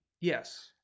Yes